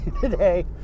today